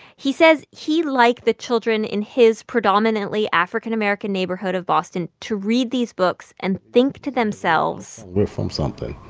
he says he'd like the children in his predominantly african american neighborhood of boston to read these books and think to themselves. we're from something.